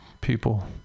people